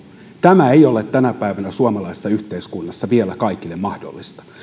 tämä ei ole tänä päivänä suomalaisessa yhteiskunnassa vielä kaikille mahdollista